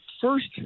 first